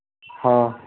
हाँ